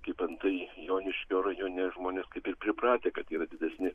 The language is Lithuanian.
kaip antai joniškio rajone žmonės kaip ir pripratę kad yra didesni